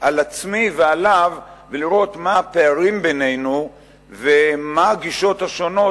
על עצמי ועליו ולראות מה הפערים בינינו ומה הגישות השונות,